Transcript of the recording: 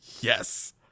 yes